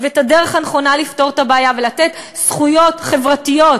ואת הדרך הנכונה לפתור את הבעיה ולתת זכויות חברתיות,